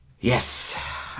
Yes